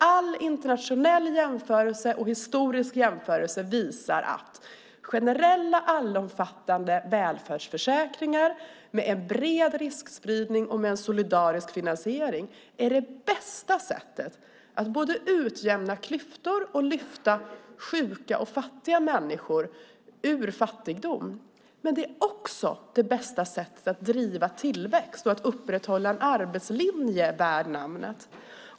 All internationell och historisk jämförelse visar att generella, allomfattande välfärdsförsäkringar med bred riskspridning och solidarisk finansiering är det bästa sättet att både utjämna klyftor och lyfta sjuka och fattiga människor ur fattigdom. Men det är också det bästa sättet att driva tillväxt och upprätthålla en arbetslinje värd namnet.